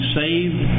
saved